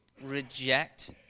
reject